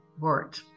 word